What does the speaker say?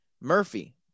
Murphy